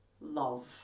love